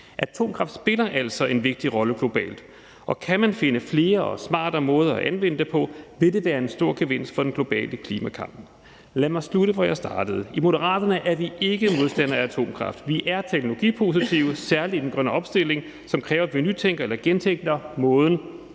Atomkraft spiller altså en vigtig rolle globalt, og kan man finde flere og smartere måder at anvende det på, vil det være en stor gevinst for den globale klimakamp. Lad mig slutte, hvor jeg startede: I Moderaterne er vi ikke modstandere af atomkraft. Vi er teknologipositive, særlig i den grønne omstilling, som kræver, at vi nytænker eller gentænker måden,